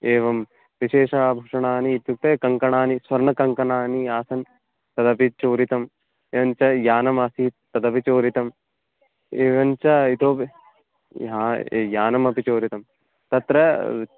एवं विशेषाभूषणानि इत्युक्ते कङ्कणानि स्वर्णकङ्कणानि आसन् तदपि चोरितम् एवं च यानमासीत् तदपि चोरितम् एवं च इतोपि या यानमपि चोरितम् तत्र